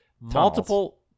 multiple